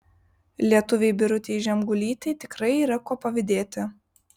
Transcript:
lietuvei birutei žemgulytei tikrai yra ko pavydėti